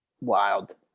Wild